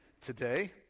today